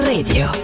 Radio